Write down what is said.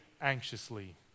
anxiously